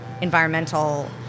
environmental